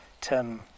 Tim